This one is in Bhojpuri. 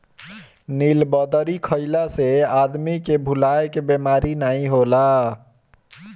नीलबदरी खइला से आदमी के भुलाए के बेमारी नाइ होला